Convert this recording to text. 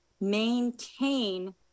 maintain